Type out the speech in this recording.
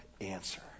answer